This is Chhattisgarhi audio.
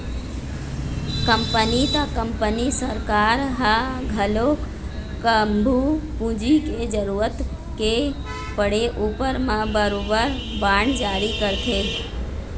कंपनी त कंपनी सरकार ह घलोक कभू पूंजी के जरुरत के पड़े उपर म बरोबर बांड जारी करथे